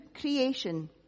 creation